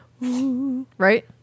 Right